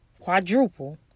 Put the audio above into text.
quadruple